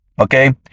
Okay